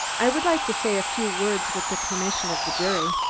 i would like to say a few words with the permission of the jury.